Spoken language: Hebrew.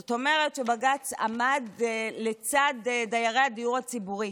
זאת אומרת, בג"ץ עמד לצד דיירי הדיור הציבורי